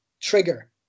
trigger